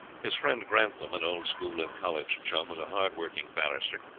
his friend grantham, an old school and college chum, was a hard working barrister,